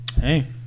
hey